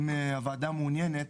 אם הוועדה מעוניינת,